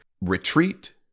retreat